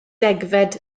degfed